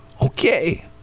Okay